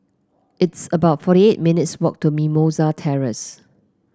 it's about forty eight minutes' walk to Mimosa Terrace